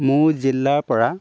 মোৰ জিলাৰপৰা